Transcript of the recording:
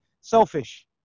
selfish